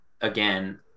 again